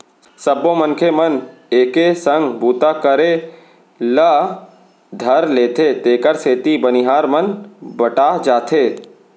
सबो मनखे मन एके संग बूता करे ल धर लेथें तेकर सेती बनिहार मन बँटा जाथें